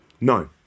No